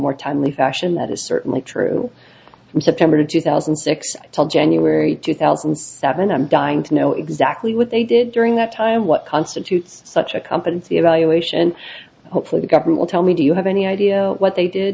more timely fashion that is certainly true from september two thousand and six i told january two thousand and seven i'm dying to know exactly what they did during that time what constitutes such a company the evaluation hopefully the governor will tell me do you have any idea what they did